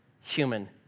human